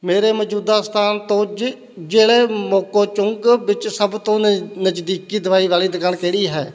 ਮੇਰੇ ਮੌਜੂਦਾ ਸਥਾਨ ਤੋਂ ਜਿ ਜ਼ਿਲ੍ਹੇ ਮੋਕੋਚੁੰਗ ਵਿੱਚ ਸਭ ਤੋਂ ਨਜ਼ਦੀਕੀ ਦਵਾਈ ਵਾਲੀ ਦੁਕਾਨ ਕਿਹੜੀ ਹੈ